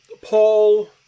Paul